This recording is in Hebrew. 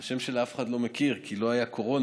את השם שלה אף אחד לא מכיר, כי לא הייתה קורונה,